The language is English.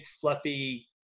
fluffy